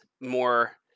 more